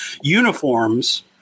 uniforms